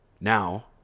Now